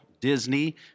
Disney